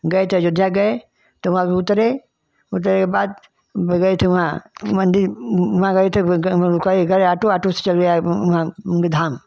गए तो अयोध्या गए तो वहाँ पर उतरे उतरने के बाद ब गए थे वहाँ मंदिर वहाँ गए थे करे करे ऑटो ऑटो से चले आए वहाँ मुंगी धाम